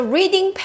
Reading